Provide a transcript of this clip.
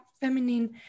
feminine